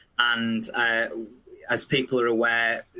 and as people are aware,